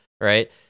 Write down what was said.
right